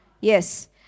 yes